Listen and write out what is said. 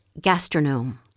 gastronome